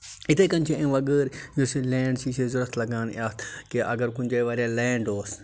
یِتھَے کَنۍ چھِ اَمہِ وَغٲر یُس یہِ لینٛڈ چھِ یہِ چھِ اَسہِ ضوٚرتھ لَگان یَتھ کہِ اگر کُنہِ جایہِ واریاہ لینٛڈ اوس